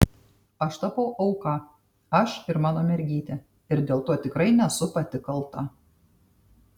aš tapau auka aš ir mano mergytė ir dėl to tikrai nesu pati kalta